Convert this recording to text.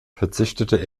verzichtete